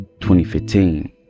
2015